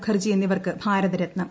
മുഖർജി എന്നിവർക്ക് ഭാരത രത്നം